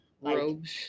robes